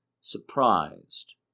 surprised